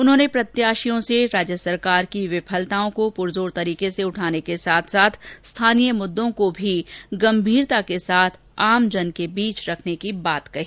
उन्होंने प्रत्याशियों से राज्य सरकार की विफलताओं को पुरजोर तरीके से उठाने के साथ साथ स्थानीय मुद्दों को भी गंभीरता के साथ आमजन के बीच रखने की बात कही